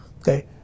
okay